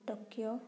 Tokyo